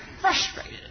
frustrated